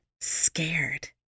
scared